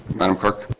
madam clerk